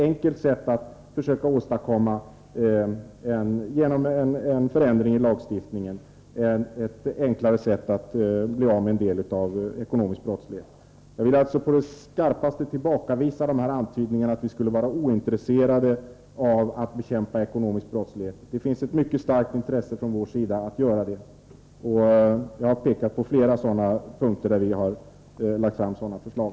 En sådan förändring av lagstiftningen är ett enklare sätt att försöka bli av med en del av den ekonomiska brottsligheten. Jag vill alltså på det skarpaste tillbakavisa antydningarna om att vi skulle vara ointresserade av att bekämpa den ekonomiska brottsligheten. Det finns tvärtom ett mycket starkt intresse från vår sida att göra det. Jag har pekat på flera punkter där vi har lagt fram sådana förslag.